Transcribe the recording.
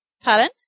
Pardon